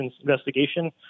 investigation